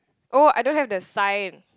oh I don't have the sign